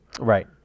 Right